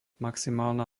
maximálna